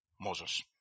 Moses